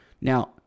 Now